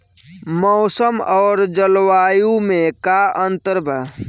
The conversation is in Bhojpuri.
मौसम और जलवायु में का अंतर बा?